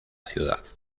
ciudad